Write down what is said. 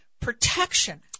protection